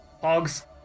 hogs